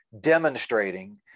demonstrating